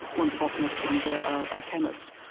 one is a botanist, one is a a chemist.